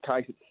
case